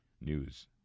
news